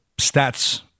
stats